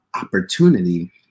opportunity